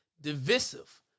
Divisive